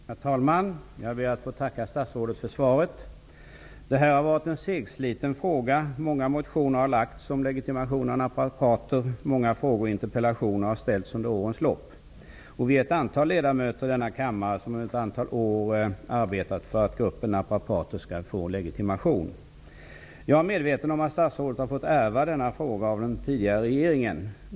Herr talman! Jag ber att få tacka statsrådet för svaret. Denna fråga har varit segsliten. Många motioner har väckts om legitimation av naprapater, och många interpellationer och frågor har ställts under årens lopp. Vi är ett antal ledamöter i denna kammare som ett antal år arbetat för att gruppen naprapater skall få legitimation. Jag är medveten om att statsrådet har fått ärva denna fråga av den tidigare regeringen.